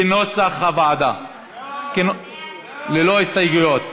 כנוסח הוועדה, ללא הסתייגויות.